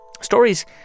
stories